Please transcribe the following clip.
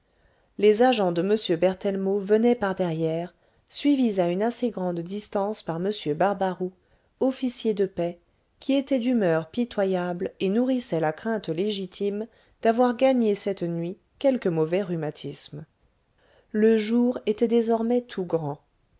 les agents de m berthellemot venaient par derrière suivis à une assez grande distance par m barbaroux officier de paix qui était d'humeur pitoyable et nourrissait la crainte légitime d'avoir gagné cette nuit quelque mauvais rhumatisme le jour était désormais tout grand